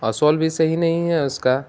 اور سول بھی صحیح نہیں ہے اس کا